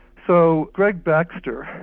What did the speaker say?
so greg baxter,